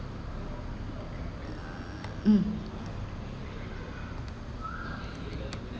um